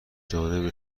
جانب